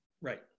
Right